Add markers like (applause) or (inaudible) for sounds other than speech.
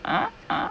(laughs)